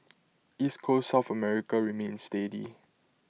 East Coast south America remained steady